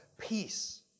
peace